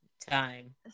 time